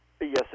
Yes